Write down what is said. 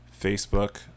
Facebook